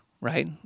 right